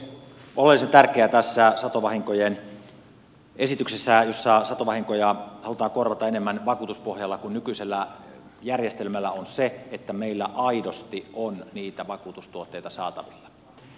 oleellisen tärkeää tässä satovahinkojen esityksessä jossa satovahinkoja halutaan korvata enemmän vakuutuspohjalla kuin nykyisellä järjestelmällä on se että meillä aidosti on niitä vakuutustuotteita saatavilla